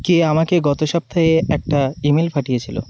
কে আমাকে গত সপ্তাহে একটা ইমেল পাঠিয়েছিল